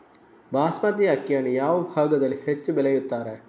ಬಾಸ್ಮತಿ ಅಕ್ಕಿಯನ್ನು ಯಾವ ಭಾಗದಲ್ಲಿ ಹೆಚ್ಚು ಬೆಳೆಯುತ್ತಾರೆ?